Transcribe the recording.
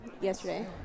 yesterday